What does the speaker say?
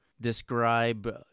describe